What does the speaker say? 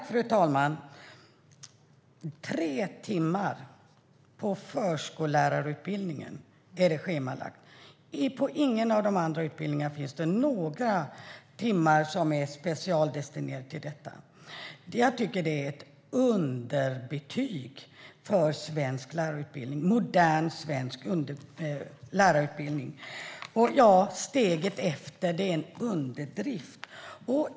Fru talman! Det är tre timmar schemalagd tid på förskollärarutbildningen. På ingen av de andra utbildningarna finns det några timmar som är specialdestinerade till detta. Det är ett underbetyg för modern svensk lärarutbildning. Steget efter är en underdrift.